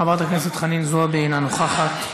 חברת הכנסת חנין זועבי, אינה נוכחת.